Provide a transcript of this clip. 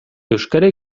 euskara